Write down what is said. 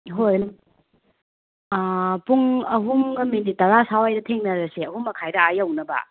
ꯍꯣꯏ ꯄꯨꯡ ꯑꯍꯨꯝꯒ ꯃꯤꯅꯤꯠ ꯇꯔꯥ ꯁꯥꯏꯋꯥꯏꯗ ꯊꯦꯡꯅꯔꯁꯦ ꯑꯍꯨꯝ ꯃꯈꯥꯏꯗ ꯑꯥ ꯌꯧꯅꯕ